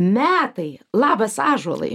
metai labas ąžuolai